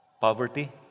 Poverty